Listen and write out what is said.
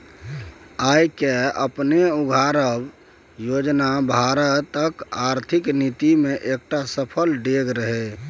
आय केँ अपने उघारब योजना भारतक आर्थिक नीति मे एकटा सफल डेग रहय